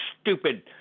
stupid